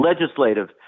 legislative